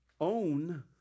own